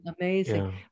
amazing